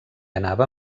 anava